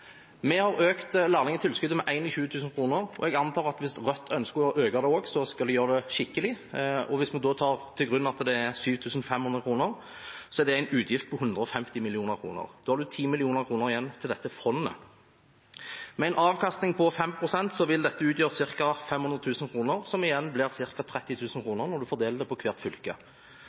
Vi har økt lærlingtilskuddet med 21 000 kr, og jeg antar at hvis Rødt ønsker å øke det også, skal de gjøre det skikkelig. Hvis vi da legger til grunn at det er 7 500 kr, er det en utgift på 150 mill. kr. Da har man 10 mill. kr igjen til dette fondet. Med en avkastning på 5 pst. vil dette utgjøre ca. 500 000 kr, som igjen blir ca. 30 000 kr når det fordeles på hvert fylke.